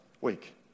week